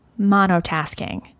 monotasking